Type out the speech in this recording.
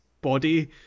body